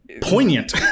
poignant